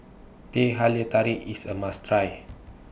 Teh Halia Tarik IS A must Try